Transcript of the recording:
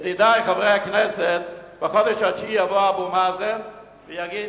ידידי חברי הכנסת, יבוא אבו מאזן ויגיד: